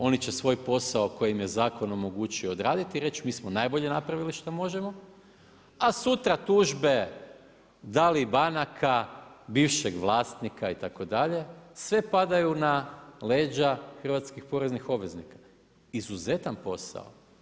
Oni će svoj posao koji im zakon omogućio odraditi i reći mi smo najbolje napravili šta možemo, a sutra tužbe, da li banaka, bivšeg vlasnika itd. sve padaju na leđa hrvatskih poreznih obveznika, izuzetan posao.